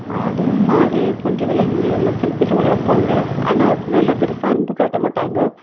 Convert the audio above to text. ஆடு மாடு கொஞ்சம் விலங்குகளெல்லாம் சில பேர் வளர்ப்பாங்கள் ஆனால் அது மேலே பெருசாக அன்பு காட்ட மாட்டாங்க